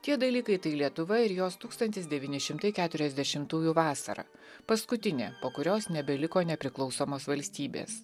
tie dalykai tai lietuva ir jos tūkstantis devyni šimtai keturiasdešimtųjų vasara paskutinė po kurios nebeliko nepriklausomos valstybės